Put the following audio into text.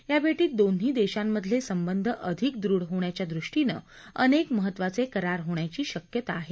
या भेटीत दोन्ही देशांमधले संबंध अधिक दृढ होण्याच्या दृष्टीनं अनेक महत्वाचे करार होण्याची शक्यता आहे